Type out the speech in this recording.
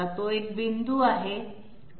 तो एक पॉईंट आहे